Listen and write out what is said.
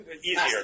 Easier